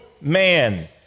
man